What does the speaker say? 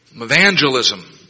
evangelism